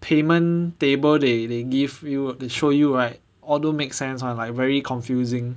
payment table they they give you they show you right all don't make sense [one] like very confusing